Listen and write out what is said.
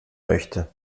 möchte